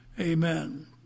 Amen